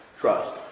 trust